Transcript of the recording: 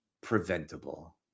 preventable